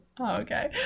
okay